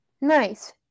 Nice